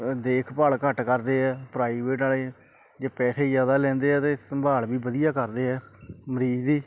ਦੇਖਭਾਲ ਘੱਟ ਕਰਦੇ ਆ ਪ੍ਰਾਈਵੇਟ ਵਾਲੇ ਜੇ ਪੈਸੇ ਜ਼ਿਆਦਾ ਲੈਂਦੇ ਆ ਤਾਂ ਸੰਭਾਲ ਵੀ ਵਧੀਆ ਕਰਦੇ ਆ ਮਰੀਜ਼ ਦੀ